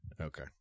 okay